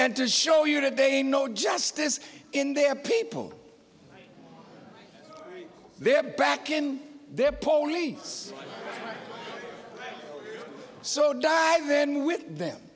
and to show you today no justice in their people they're back in their pony so dad then with them